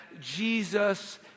Jesus